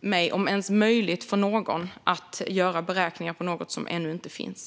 mig, om ens möjligt för någon, att göra beräkningar för något som ännu inte finns.